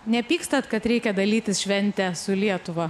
nepykstat kad reikia dalytis šventę su lietuva